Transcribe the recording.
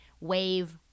wave